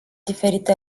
diferite